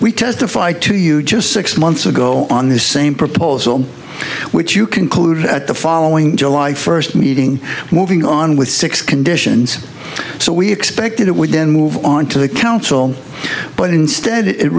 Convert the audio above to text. we testified to you just six months ago on the same proposal which you concluded at the following july first meeting were going on with six conditions so we expected it would then move on to the council but instead it